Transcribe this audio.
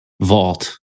vault